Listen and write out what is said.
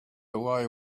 away